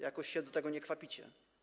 Jakoś się do tego nie kwapicie.